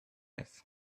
life